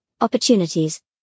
opportunities